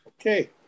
Okay